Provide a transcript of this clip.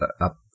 up